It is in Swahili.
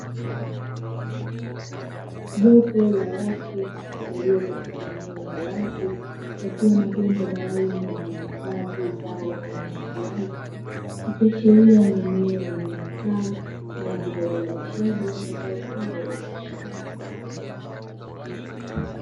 Jopo la watu walio katika eneo la wazi wakiwa na vyombo maalumu vinavyohifadhi zao aina ya viazi ikiashiria ni eneo litumikalo kwa ajili ya uzalishaji wa mazao hayo ya biashara.